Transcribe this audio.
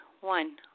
One